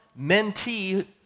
mentee